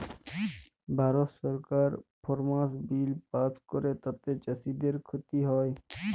ভারত সরকার farmers bill pass ক্যরে তাতে চাষীদের খ্তি হ্যয়